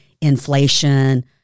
inflation